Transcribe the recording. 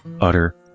utter